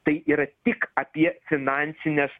tai yra tik apie finansines